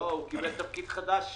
לא, המנכ"ל קיבל תפקיד חדש